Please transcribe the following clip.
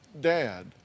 Dad